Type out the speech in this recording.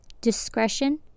Discretion